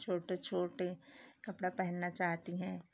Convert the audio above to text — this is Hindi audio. छोटे छोटे कपड़ा पहनना चाहती हैं